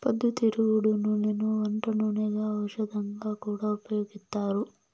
పొద్దుతిరుగుడు నూనెను వంట నూనెగా, ఔషధంగా కూడా ఉపయోగిత్తారు